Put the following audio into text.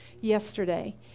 yesterday